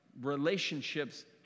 relationships